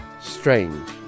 strange